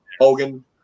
Hogan